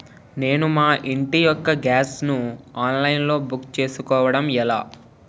నేను మా ఇంటి యెక్క గ్యాస్ ను ఆన్లైన్ లో బుక్ చేసుకోవడం ఎలా?